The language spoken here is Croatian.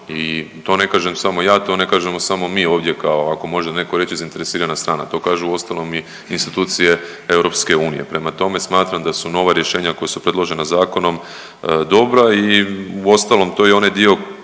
i to ne kažem samo ja, to ne kažemo samo mi ovdje kao ako može neko reći zainteresirana strana, to kaže uostalom i institucije EU. Prema tome, smatram da su nova rješenja koja su predložena zakonom dobra i uostalom to je onaj dio